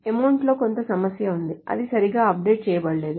amount లో కొంత సమస్య ఉంది అది సరిగా అప్డేట్ చేయబడలేదు